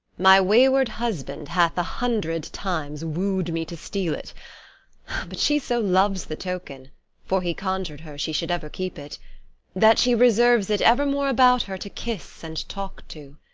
my wayward husband hath a hundred times woo'd me to steal it but she so loves the token for he conjur'd her she should ever keep it that she reserves it evermore about her to kiss and talk to.